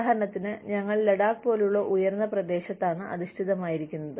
ഉദാഹരണത്തിന് ഞങ്ങൾ ലഡാക്ക് പോലുള്ള ഉയർന്ന പ്രദേശത്താണ് അധിഷ്ഠിതമായിരിക്കുന്നത്